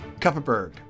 Kupperberg